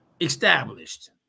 established